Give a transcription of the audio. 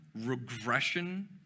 regression